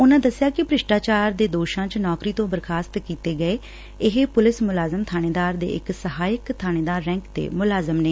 ਉਨੂਾ ਦੱਸਿਆ ਕਿ ਭ੍ਰਿਸ਼ਟਾਚਾਰ ਦੇ ਦੋਸ਼ਾਂ ਚ ਨੌਕਰੀ ਤੱ ਬਰਖਸਤ ਕੀਤੇ ਗਏ ਇਹ ਪੁਲਿਸ ਮੁਲਾਜ਼ਮ ਬਾਣੇਦਾਰ ਦੇ ਸਹਾਇਕ ਬਾਣੇਦਾਰ ਰੈਕ ਦੇ ਮੁਲਾਜ਼ਮ ਨੇ